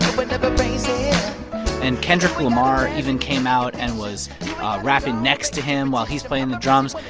ah but but and kendrick lamar even came out and was rapping next to him while he's playing the drums. like